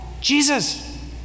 Jesus